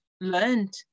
learned